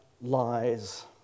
lies